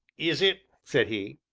is it? said he.